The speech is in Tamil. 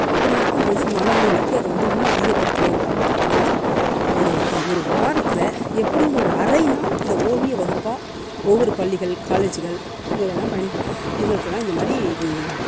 அப்படி இருக்கும்போது மாணவர்களுக்கு அது வந்து இன்னும் அதிகப்படுத்தணும் அதாவது ஒரு ஒரு வாரத்தில் எப்படி ஒரு அரை நாள் இந்த ஓவிய வகுப்பா ஒவ்வொரு பள்ளிகள் காலேஜுகள் உங்களையெல்லாம் பயன் இதுங்களுக்ககெலாம் இந்தமாதிரி